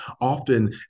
often